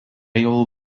jau